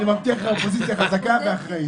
אני מבטיח לך אופוזיציה חזקה ואחראית.